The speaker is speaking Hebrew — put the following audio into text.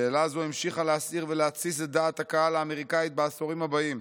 שאלה זו המשיכה להסעיר ולהתסיס את דעת הקהל האמריקאית בעשורים הבאים.